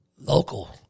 local